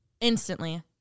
instantly